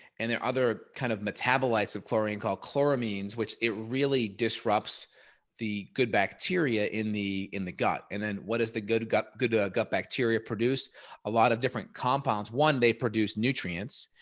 and there are other kind of metabolites of chlorine called chloramines, which it really disrupts the good bacteria in the in the gut and then what is the good gut good gut bacteria produce a lot of different compounds, one, they produce nutrients.